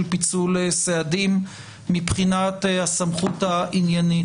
פיצול סעדים מבחינת הסמכות העניינית.